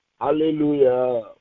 Hallelujah